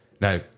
Now